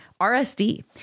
RSD